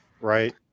right